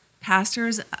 pastors